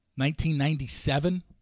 1997